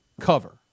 cover